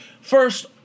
First